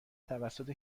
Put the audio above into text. توسط